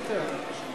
היא לא נמצאת.